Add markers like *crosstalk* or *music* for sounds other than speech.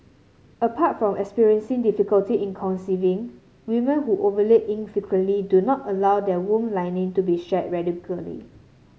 apart from experiencing difficulty in conceiving women who ovulate infrequently do not allow their womb lining to be shed *unintelligible*